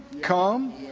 Come